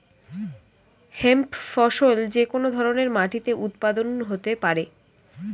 hemp ফসল যে কোন ধরনের মাটিতে উৎপাদন হতে পারে